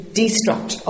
destruct